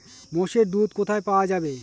মোষের দুধ কোথায় পাওয়া যাবে?